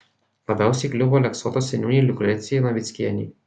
labiausiai kliuvo aleksoto seniūnei liukrecijai navickienei